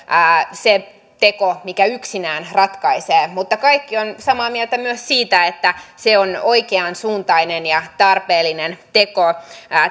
se teko mikä yksinään ratkaisee mutta kaikki ovat samaa mieltä myös siitä että se on oikeansuuntainen ja tarpeellinen teko